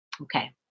Okay